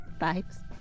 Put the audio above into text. vibes